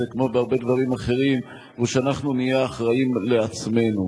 כמו בהרבה דברים אחרים הוא שאנחנו נהיה אחראים לעצמנו,